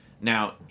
Now